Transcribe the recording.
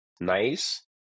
nice